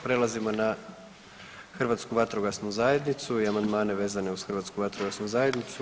Prelazimo na Hrvatsku vatrogasnu zajednicu i amandmane vezane uz Hrvatsku vatrogasnu zajednicu.